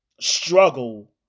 struggle